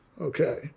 Okay